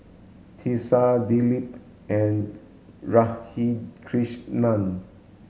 Teesta Dilip and Radhakrishnan